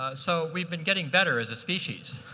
ah so we've been getting better as a species.